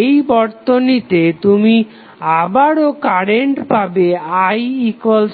এই বর্তনীতে তুমি আবারও কারেন্ট পাবে i 2A